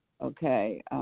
Okay